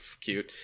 cute